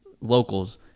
locals